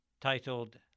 titled